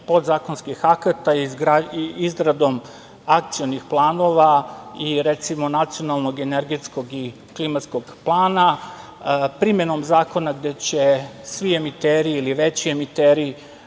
podzakonskih akata i izradom akcionih planova i recimo, nacionalno energetskog i klimatskog plana, primenom zakona gde će svi emiteri ili veći emiteri